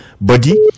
body